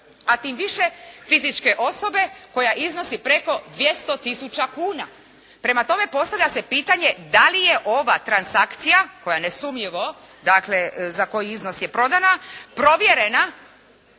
a tim više fizičke osobe koja iznosi preko 200 tisuća kuna. Prema tome postavlja se pitanje da li je ova transakcija koja nesumnjivo, dakle za koji iznos je prodana, provjerena